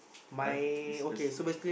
I is the s~